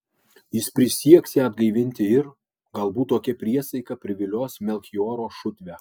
jis prisieks ją atgaivinti ir galbūt tokia priesaika privilios melchioro šutvę